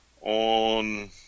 on